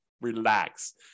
relax